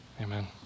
Amen